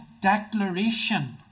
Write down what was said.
declaration